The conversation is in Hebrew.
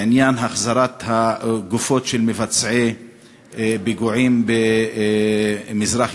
בעניין החזרת הגופות של מבצעי פיגועים במזרח-ירושלים.